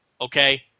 okay